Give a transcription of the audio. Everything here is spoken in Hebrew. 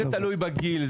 זה תלוי בגיל,